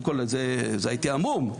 הייתי המום,